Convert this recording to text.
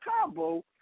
combo